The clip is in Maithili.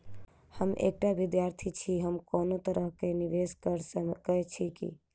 हम एकटा विधार्थी छी, हम कोनो तरह कऽ निवेश कऽ सकय छी की?